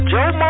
Joe